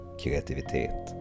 kreativitet